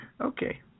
Okay